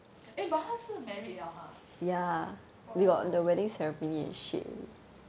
eh but 他是 married liao !huh! oh